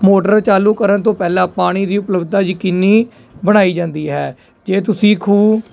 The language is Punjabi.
ਮੋਟਰ ਚਾਲੂ ਕਰਨ ਤੋਂ ਪਹਿਲਾਂ ਪਾਣੀ ਦੀ ਉਪਲਬਧਤਾ ਯਕੀਨੀ ਬਣਾਈ ਜਾਂਦੀ ਹੈ ਜੇ ਤੁਸੀਂ ਖੂਹ